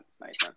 Nice